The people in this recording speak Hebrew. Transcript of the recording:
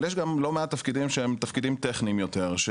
אבל יש גם לא מעט תפקידים שהם תפקידים טכניים יותר,